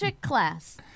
class